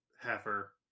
heifer